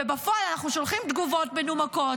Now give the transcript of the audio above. ובפועל אנחנו שולחים תגובות מנומקות,